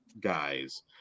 guys